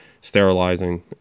sterilizing